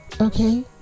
okay